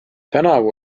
tänavu